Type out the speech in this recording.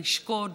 לשקוד,